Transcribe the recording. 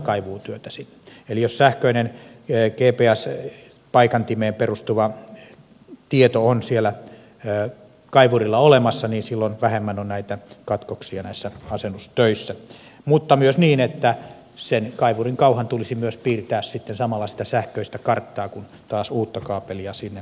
eli jos sähköinen gps paikantimeen perustuva tieto on siellä kaivurilla olemassa niin silloin vähemmän on katkoksia asennustöissä mutta myös kaivurin kauhan tulisi myös piirtää samalla sitä sähköistä karttaa kun taas uutta kaapelia sinne sijoitetaan